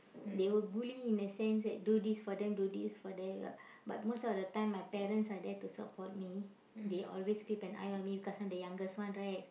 they will bully in a sense that do this for them do this for them but most of the time my parents are there to support me they always keep an eye on me because I'm the youngest one right